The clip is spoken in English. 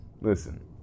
Listen